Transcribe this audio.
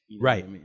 Right